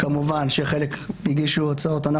כמובן שחלק יגישו הוצאות,